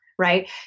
right